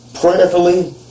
prayerfully